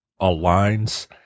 aligns